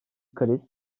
kriz